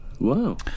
Wow